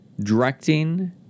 directing